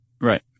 Right